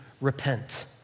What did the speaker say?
repent